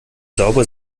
sauber